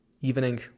Evening